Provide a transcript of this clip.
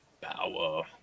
power